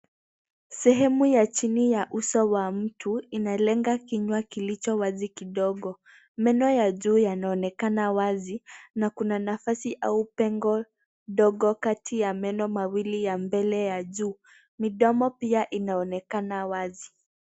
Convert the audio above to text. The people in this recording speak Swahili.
Sehemu ya chini ya uso wa mtu inalenga kinywa kilicho wazi kidogo. Meno ya juu yanaonekana wazi na kuna nafasi au pengo ndogo kati ya meno mawili ya mbelw ya juu. Midomo pia inaonekana wazi.